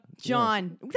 John